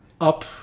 up